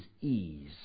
ease